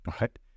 right